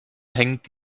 hängt